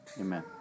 Amen